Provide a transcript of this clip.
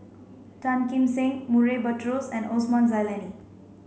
Tan Kim Seng Murray Buttrose and Osman Zailani